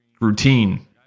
routine